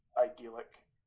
idyllic